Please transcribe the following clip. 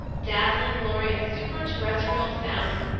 dazzling glory and super-terrestrial sounds,